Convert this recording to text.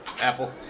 Apple